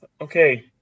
Okay